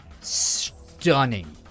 stunning